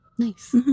Nice